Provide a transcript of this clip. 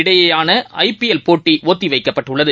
இடையேயானஐபிஎல் போட்டிஒத்திவைக்கப்பட்டுள்ளது